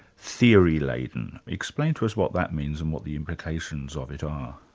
theory-laden? explain to us what that means and what the implications of it are.